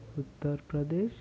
Uttar Pradesh